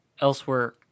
Elsewhere